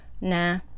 nah